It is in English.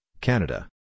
Canada